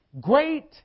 great